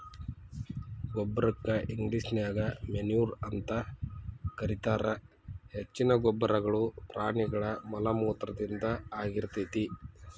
ಗೊಬ್ಬರಕ್ಕ ಇಂಗ್ಲೇಷನ್ಯಾಗ ಮೆನ್ಯೂರ್ ಅಂತ ಕರೇತಾರ, ಹೆಚ್ಚಿನ ಗೊಬ್ಬರಗಳು ಪ್ರಾಣಿಗಳ ಮಲಮೂತ್ರದಿಂದ ಆಗಿರ್ತೇತಿ